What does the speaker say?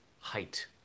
height